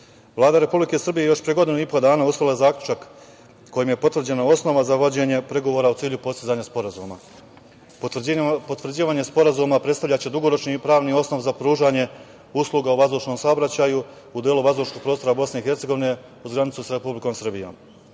Republike Srbije je još pre godinu i po dana usvojila zaključak kojim je potvrđena osnova za vođenje pregovora u cilju postizanja sporazuma. Potvrđivanje sporazuma predstavljaće dugoročni pravni osnov za pružanje usluga u vazdušnom saobraćaju u delu vazdušnog prostora BiH uz granicu sa Republikom Srbijom. Srbija